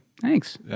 Thanks